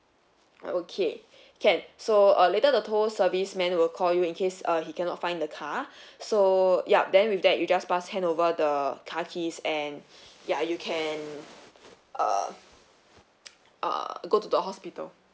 okay can so later the tow service man will call you in case uh he cannot find the car so yup then with that you just pass hand over the car keys and ya you can uh uh go to the hospital